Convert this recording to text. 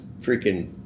freaking